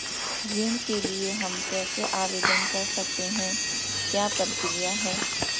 ऋण के लिए हम कैसे आवेदन कर सकते हैं क्या प्रक्रिया है?